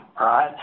right